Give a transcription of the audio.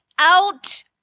out